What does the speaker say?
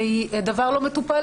שהיא דבר לא מטופל,